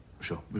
sure